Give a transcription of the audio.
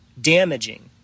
damaging